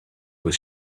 was